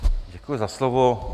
Děkuji za slovo.